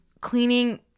cleaning